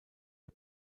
der